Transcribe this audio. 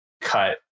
cut